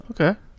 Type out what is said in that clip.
Okay